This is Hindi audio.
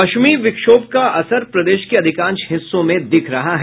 पश्चिमी विक्षोभ का असर प्रदेश के अधिकांश हिस्सों में दिख रहा है